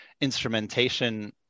instrumentation